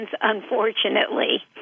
unfortunately